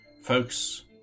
folks